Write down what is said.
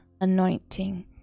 anointing